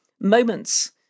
moments